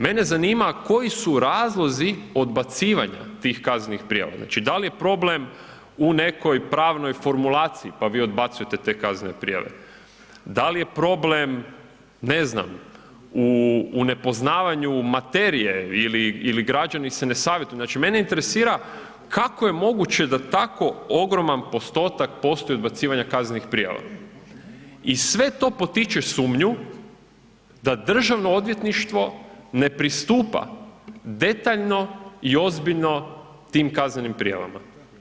Mene zanima koji su razlozi odbacivanja tih kaznenih prijava, znači dal je problem u nekoj pravoj formulaciji, pa vi odbacujete te kaznene prijave, dal je problem, ne znam, u, u nepoznavanju materije ili, ili građani se ne savjetuju, znači mene interesira kako je moguće da tako ogroman postotak postoji odbacivanja kaznenih prijava i sve to potiče sumnju da državno odvjetništvo ne pristupa detaljno i ozbiljno tim kaznenim prijavama.